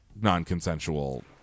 non-consensual